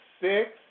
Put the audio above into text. six